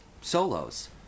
solos